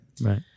right